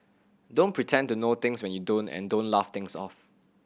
don't pretend to know things when you don't and don't laugh things off